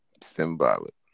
symbolic